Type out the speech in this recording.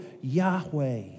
Yahweh